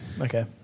okay